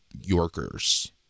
Yorkers